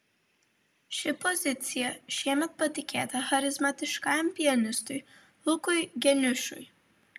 ši pozicija šiemet patikėta charizmatiškajam pianistui lukui geniušui